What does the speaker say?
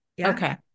Okay